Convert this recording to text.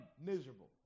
miserable